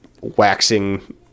waxing